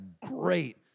great